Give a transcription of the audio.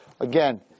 Again